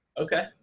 Okay